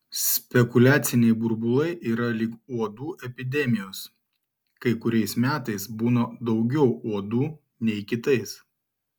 spekuliaciniai burbulai yra lyg uodų epidemijos kai kuriais metais būna daugiau uodų nei kitais